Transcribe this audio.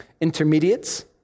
intermediates